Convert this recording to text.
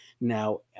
Now